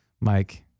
Mike